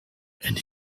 and